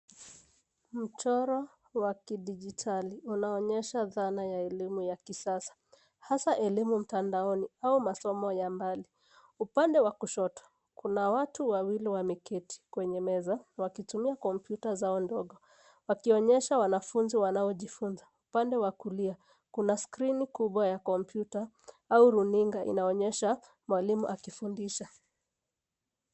Mchoro wa kidgitali unaonyesha dhana ya elimu ya kisasa, hasaa elimu mtandaoni au masomo ya mbali, upande wa kushoto kuna watu wawili wameketi kwenye meza wakitumia kompyuta zao ndogo, wakionesha wanafunzi wanaojifunza. Pande wa kulia kuna skrini kubwa ya kompyuta au runinga inaonesha mwalimu akifundisha.